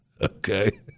okay